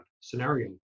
scenario